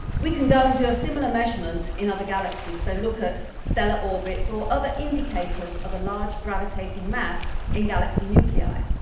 we can go and do a similar measurement in other galaxies. so look at stellar orbit or so other indicators of a large gravitating mass in galaxy nuclei.